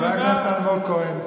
במדינה, חבר הכנסת אלמוג כהן.